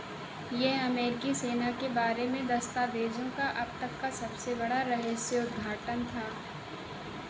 यह अमेरिकी सेना के बारे में दस्तावेजों का अब तक का सबसे बड़ा रहस्य उद्घाटन था